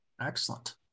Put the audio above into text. Excellent